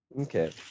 okay